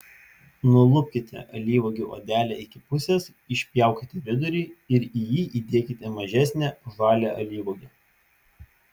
nulupkite alyvuogių odelę iki pusės išpjaukite vidurį ir į jį įdėkite mažesnę žalią alyvuogę